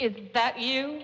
is that you